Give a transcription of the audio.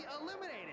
eliminated